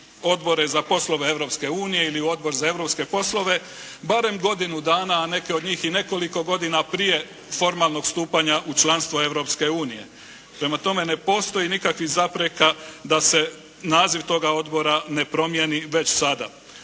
Odbore za poslove Europske unije ili u Odbor za europske poslove, barem godinu dana, a neke od njih i nekoliko godina prije formalnog stupanja u članstvo Europske unije. Prema tome ne postoji nikakvih zapreka da se naziv toga odbora ne promijeni već sada.